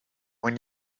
when